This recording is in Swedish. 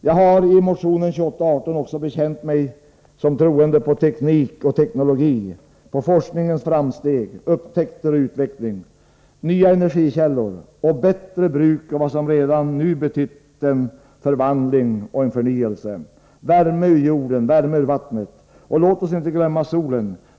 Jag har i motion 2818 också bekänt att jag tror på teknik och teknologi, på forskningens framsteg, upptäckter och utveckling, nya energikällor och bättre bruk av vad som redan nu betytt förvandling och förnyelse. Värme ur jorden, värme ur vattnet, och låt oss inte glömma solen.